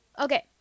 Okay